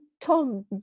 Tom